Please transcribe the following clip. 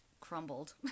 crumbled